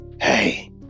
Hey